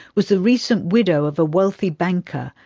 was the recent widow of a wealthy banker,